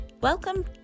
Welcome